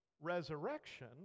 resurrection